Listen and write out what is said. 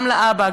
גם לאבא,